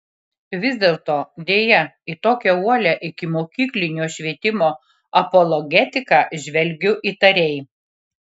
vis dėlto deja į tokią uolią ikimokyklinio švietimo apologetiką žvelgiu įtariai